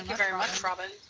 very much, robin.